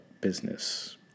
business